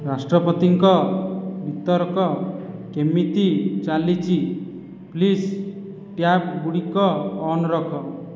ରାଷ୍ଟ୍ରପତିଙ୍କ ବିତର୍କ କେମିତି ଚାଲିଛି ପ୍ଳିଜ୍ ଟ୍ୟାବ୍ଗୁଡ଼ିକ ଅନ୍ ରଖ